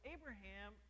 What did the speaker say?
Abraham